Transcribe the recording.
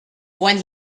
when